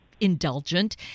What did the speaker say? indulgent